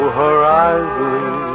horizon